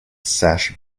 sash